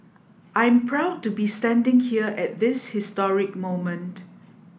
I'm proud to be standing here at this historic moment